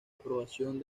aprobación